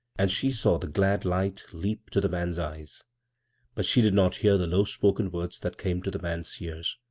and she saw the glad light leap to the man's eyes but she did not hear the low-spoken words that came to the man's ears.